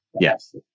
Yes